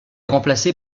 remplacé